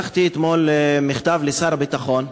מכתב לשר הביטחון,